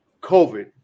COVID